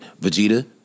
Vegeta